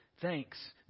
Thanks